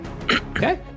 Okay